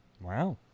Wow